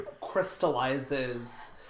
crystallizes